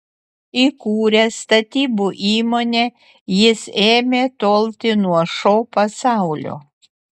įkūręs statybų įmonę jis ėmė tolti nuo šou pasaulio